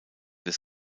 des